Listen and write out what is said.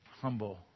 humble